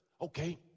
okay